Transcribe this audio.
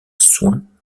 soin